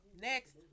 Next